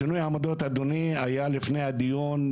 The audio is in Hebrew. שינוי העמדות היה לפני הדיון,